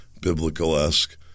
biblical-esque